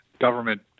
government